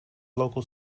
local